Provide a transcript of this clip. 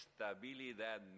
estabilidad